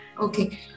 Okay